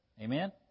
Amen